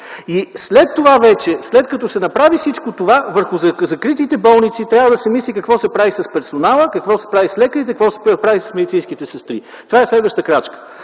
които говорим. И след като се направи всичко това, в закритите болници трябва да се мисли какво се прави с персонала, какво се прави с лекарите, какво се прави с медицинските сестри. Това е следващата крачка.